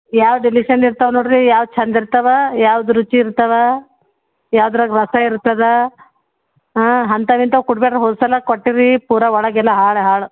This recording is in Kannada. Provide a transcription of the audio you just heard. ಯಾವ್ದು ಇಲ್ಲಿ ಚೆಂದ ಇರ್ತಾವೆ ನೋಡಿರಿ ಯಾವ್ದು ಚೆಂದ ಇರ್ತಾವೆ ಯಾವ್ದು ರುಚಿ ಇರ್ತಾವೆ ಯಾವುದ್ರಾಗ ರಸ ಇರ್ತದೆ ಹಾಂ ಅಂಥಾವಿಂಥಾವು ಕೊಡಬ್ಯಾಡ್ರಿ ಹೋಲ್ಸೆಲಾಗೆ ಕೊಟ್ಟಿರೀ ಪೂರ ಒಳಗೆಲ್ಲ ಹಾಳು ಹಾಳು